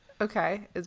Okay